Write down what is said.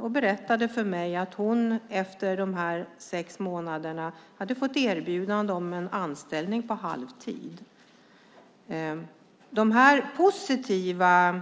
Hon berättade för mig att hon efter dessa sex månader hade fått erbjudande om en anställning på halvtid. Dessa positiva